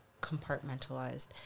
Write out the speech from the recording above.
compartmentalized